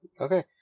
Okay